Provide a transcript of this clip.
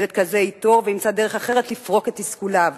ילד כזה יתור וימצא דרך אחרת לפרוק את תסכוליו.